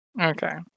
Okay